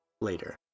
later